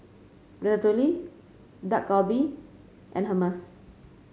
Ratatouille Dak Galbi and Hummus